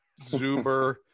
Zuber